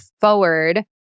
forward